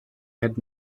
had